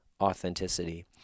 authenticity